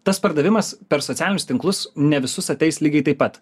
tas pardavimas per socialinius tinklus ne visus ateis lygiai taip pat